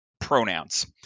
pronouns